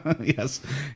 Yes